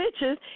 bitches